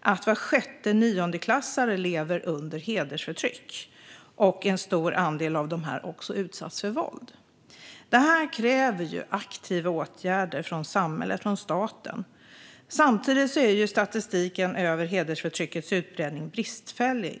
att var sjätte niondeklassare lever under hedersförtryck. En stor andel av dem har också utsatts för våld. Detta kräver aktiva åtgärder från samhället - från staten. Samtidigt är statistiken över hedersförtryckets utbredning bristfällig.